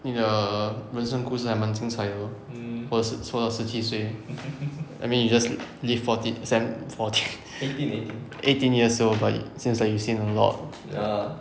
你的人生故事还蛮精彩的活的活的十七岁 I mean you just live fourteen sam~ fourteen eighteen years old like seems like you seen a lot